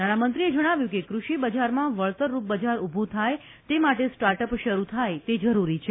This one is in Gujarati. નાણાંમંત્રીએ જણાવ્યું કે ક્રષિબજારમાં વળતરરૂપ બજાર ઉભું થાય તે માટે સ્ટાર્ટ અપ શરૂ થાય એ જરૂરી છે